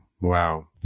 Wow